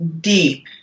deep